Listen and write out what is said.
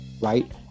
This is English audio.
right